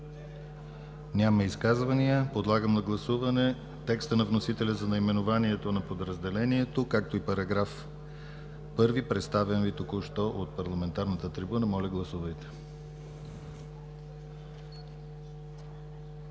Няма изказвания. Подлагам на гласуване текста на вносителя за наименованието на подразделението, както и § 1, представен Ви току-що от парламентарната трибуна. Гласували